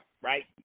Right